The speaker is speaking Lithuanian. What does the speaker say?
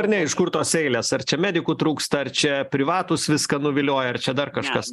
ar ne iš kur tos eilės ar čia medikų trūksta ar čia privatūs viską nuvilioja ar čia dar kažkas